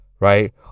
right